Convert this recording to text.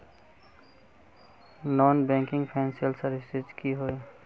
Non banking financial services की होय?